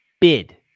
bid